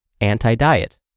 anti-diet